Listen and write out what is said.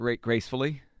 gracefully